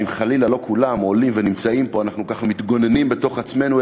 שאם חלילה לא כולם עולים ונמצאים פה אנחנו מתגוננים בתוך עצמנו,